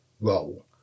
role